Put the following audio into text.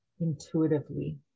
intuitively